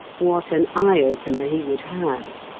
what an eye-opener he would have!